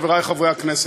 חברי חברי הכנסת,